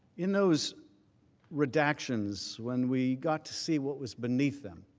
in those redaction's when we got to see what was beneath them